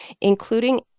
including